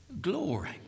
glory